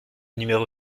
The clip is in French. numéro